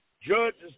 judges